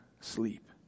sleep